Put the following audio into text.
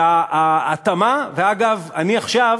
וההתאמה, ואגב, עכשיו,